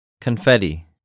Confetti